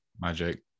Magic